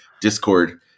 Discord